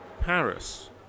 Paris